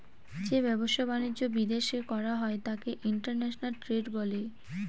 যে ব্যবসা বাণিজ্য বিদেশ করা হয় তাকে ইন্টারন্যাশনাল ট্রেড বলে